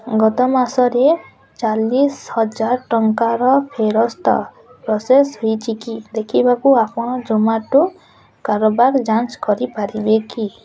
ଗତ ମାସରେ ଚାଳିଶ ହଜାର ଟଙ୍କାର ଫେରସ୍ତ ପ୍ରସେସ ହେଇଛି କି ଦେଖିବାକୁ ଆପଣ ଜୋମାଟୋ କାରବାର ଯାଞ୍ଚ କରିପାରିବେ କି